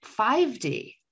5D